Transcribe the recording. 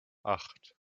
acht